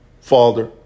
Father